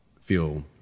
feel